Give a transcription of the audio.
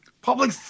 Public